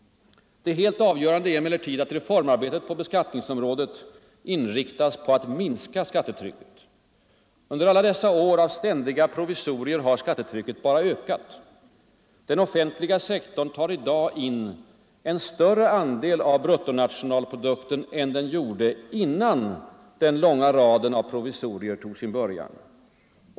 Det helt avgörande är emellertid att reformarbetet på beskattningsområdet inriktas på att minska skattetrycket. Under alla dessa år av ständiga provisorier har skattetrycket bara ökat. Den offentliga sektorn tar i dag in en större andel av bruttonationalprodukten än den gjorde innan den långa raden av provisorier tog sin början.